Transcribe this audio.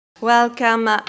Welcome